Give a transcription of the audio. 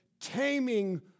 taming